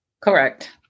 Correct